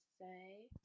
say